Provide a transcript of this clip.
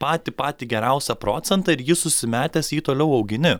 patį patį geriausią procentą ir jis užsimetęs jį toliau augini